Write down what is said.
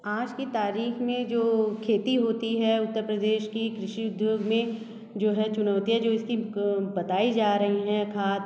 आज के तारीख में जो खेती होती है उत्तर प्रदेश की कृषि उद्योग में जो हैं चुनौतियाँ जो इसकी बताई जा रही हैं खाद